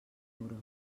euros